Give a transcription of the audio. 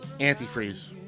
antifreeze